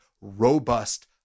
robust